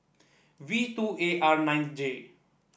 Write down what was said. V two A R nine J